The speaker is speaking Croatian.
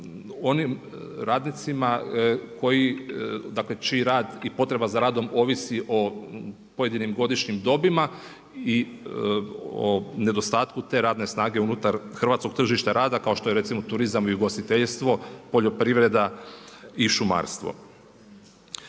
koji, dakle čiji rad i potreba za radom ovisi o pojedinim godišnjim dobima i o nedostatku te rade snage unutar hrvatskog tržišta rada kao što je recimo turizam i ugostiteljstvo, poljoprivreda i šumarstvo.